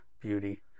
beauty